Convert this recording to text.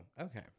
okay